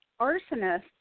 arsonists